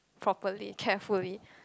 properly carefully